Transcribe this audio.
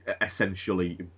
essentially